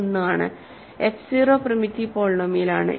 f 0 primitive പോളിനോമിയലാണ്